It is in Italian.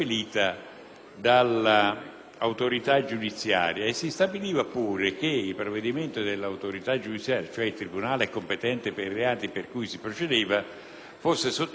si stabiliva che il provvedimento dell'autorità giudiziaria, cioè del tribunale competente per i reati per cui si procedeva, fosse sottoposto a